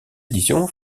édition